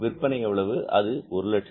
விற்பனை எவ்வளவு அது 150000